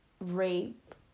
rape